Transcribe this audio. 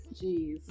Jeez